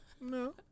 No